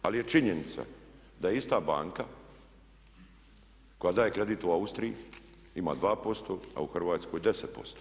Ali je činjenica da je ista banka koja daje kredit u Austriji i ima 2%, a u Hrvatskoj 10%